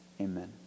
Amen